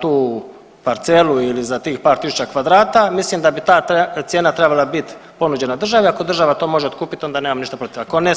tu parcelu ili za tih par tisuća kvadrata mislim da ta cijena trebala bit ponuđena državi, ako država to može otkupiti onda nemam ništa protiv, ako ne se ne slažem.